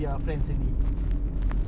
kau dengar jer aku berbual